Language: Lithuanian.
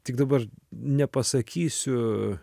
tik dabar nepasakysiu